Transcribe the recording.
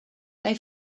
they